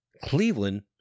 Cleveland